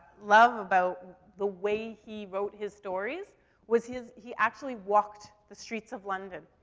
love about the way he wrote his stories was his he actually walked the streets of london.